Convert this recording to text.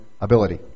ability